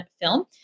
film